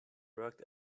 worked